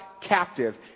captive